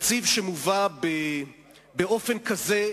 תקציב שמובא באופן כזה,